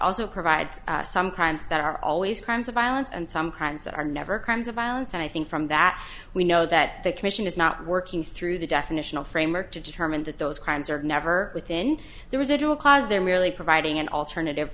also provides some crimes that are always crimes of violence and some crimes that are never crimes of violence and i think from that we know that the commission is not working through the definitional framework to determine that those crimes are never within the residual cause they're merely providing an alternative